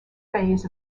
phase